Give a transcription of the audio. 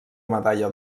medalla